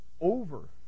Over